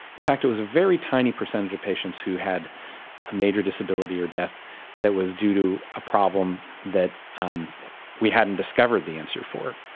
in fact, it was a very tiny percentage of patients who had a major disability or death that was due to a problem that um we hadn't discovered the answer for.